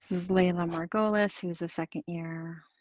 is layla margolis who's a second year.